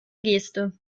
geste